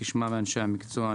תשמע מאנשי המקצוע.